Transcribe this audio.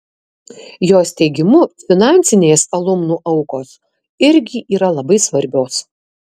jos teigimu finansinės alumnų aukos irgi yra labai svarbios